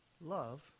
love